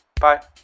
Bye